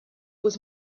was